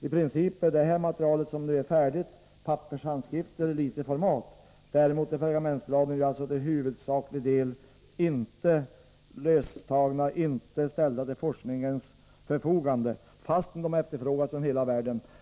I princip består det färdigrestaurerade materialet av pergamenthandskrifter i litet format. Däremot är pergamentbladen till huvudsaklig del inte löstagna. och inte ställda till forskningens förfogande, trots att de efterfrågas av forskare från hela världen.